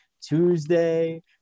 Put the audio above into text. Tuesday